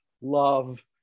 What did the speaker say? love